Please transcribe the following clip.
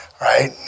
right